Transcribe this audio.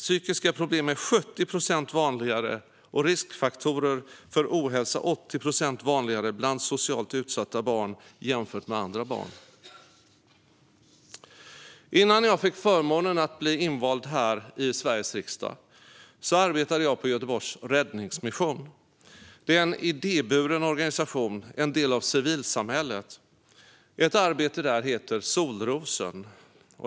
Psykiska problem är 70 procent vanligare och riskfaktorer för ohälsa 80 procent vanligare bland socialt utsatta barn jämfört med andra barn. Innan jag fick förmånen att bli invald här i Sveriges riksdag arbetade jag på Göteborgs Räddningsmission. Det är en idéburen organisation, en del av civilsamhället. Ett arbete där heter Solrosen.